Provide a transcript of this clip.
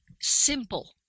simple